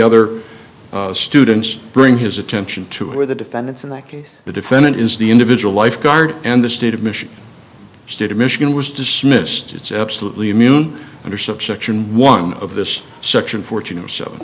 other students bring his attention to are the defendants in that case the defendant is the individual lifeguard and the state of michigan state of michigan was dismissed it's absolutely immune under subsection one of this section fourt